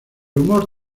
humor